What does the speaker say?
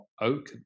oak